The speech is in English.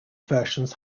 versions